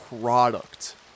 product